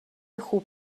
خوب